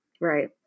Right